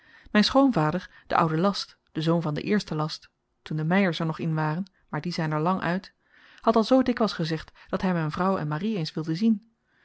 myn schoonvader de oude last de zoon van den eersten last toen de meyers er nog in waren maar die zyn er lang uit had al zoo dikwyls gezegd dat hy myn vrouw en marie eens wilde zien